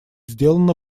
сделано